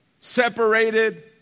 Separated